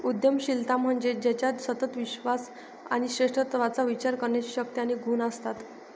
उद्यमशीलता म्हणजे ज्याच्यात सतत विश्वास आणि श्रेष्ठत्वाचा विचार करण्याची शक्ती आणि गुण असतात